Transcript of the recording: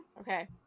Okay